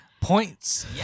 points